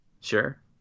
Sure